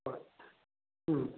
ꯍꯣꯏ ꯎꯝ